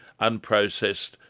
unprocessed